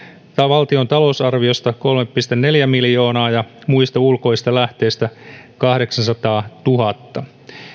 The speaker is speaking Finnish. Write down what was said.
valtion talousarviosta kolme pilkku neljä miljoonaa ja muista ulkoisista lähteistä kahdeksansataatuhatta